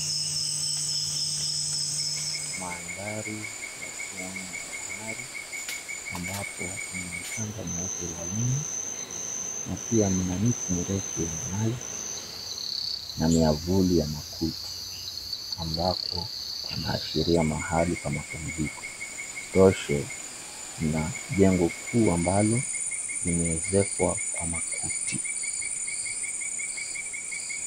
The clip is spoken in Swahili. Mandhari ya ufuoni wa bahari ambapo kuna mchanga mweupe laini na pia ina miti mirefu ya minazi na miavuli ya makuti ambapo pana ashiria mahali pa mapumziko. Isitoshe na jengo kuu ambalo limeezekwa kwa makuti